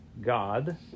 God